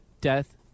Death